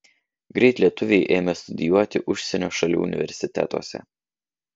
greit lietuviai ėmė studijuoti užsienio šalių universitetuose